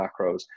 macros